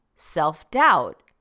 self-doubt